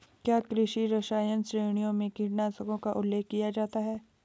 क्या कृषि रसायन श्रेणियों में कीटनाशकों का उल्लेख किया जाता है?